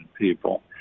people